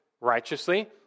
righteously